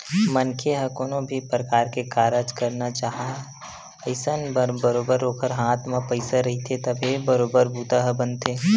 मनखे ह कोनो भी परकार के कारज करना चाहय अइसन म बरोबर ओखर हाथ म पइसा रहिथे तभे बरोबर बूता ह बनथे